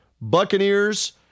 Buccaneers